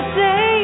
say